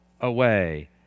away